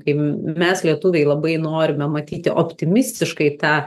kai mes lietuviai labai norime matyti optimistiškai tą